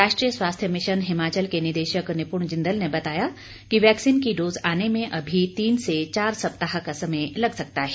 राष्ट्रीय स्वास्थ्य मिशन हिमाचल के निदेशक निपुण जिंदल ने बताया कि वैक्सीन की डोज आने में अभी तीन से चार सप्ताह का समय लग सकता है